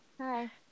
Hi